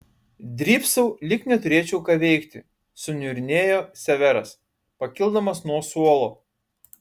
drybsau lyg neturėčiau ką veikti suniurnėjo severas pakildamas nuo suolo